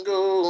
go